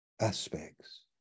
aspects